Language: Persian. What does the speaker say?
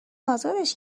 ازادش